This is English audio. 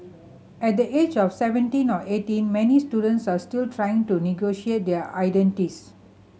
at the age of seventeen or eighteen many students are still trying to negotiate their identities